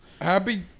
Happy